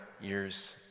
years